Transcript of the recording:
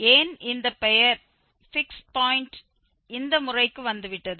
ஏன் இந்த பெயர் "fix point" இந்த முறைக்கு வந்துவிட்டது